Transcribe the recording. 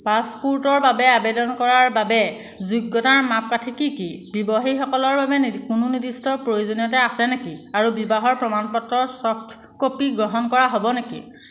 পাছপোৰ্টৰ বাবে আবেদন কৰাৰ বাবে যোগ্যতাৰ মাপকাঠি কি কি ব্যৱসায়ীসকলৰ বাবে কোনো নিৰ্দিষ্ট প্ৰয়োজনীয়তা আছে নেকি আৰু বিবাহৰ প্ৰমাণপত্ৰৰ ছফ্ট ক'পি গ্ৰহণ কৰা হ'ব নেকি